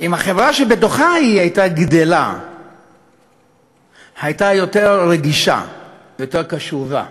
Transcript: אם החברה שבתוכה היא גדלה הייתה יותר רגישה ויותר קשובה,